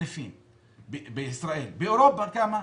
סניפים בישראל, באירופה, כמה?